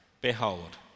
behold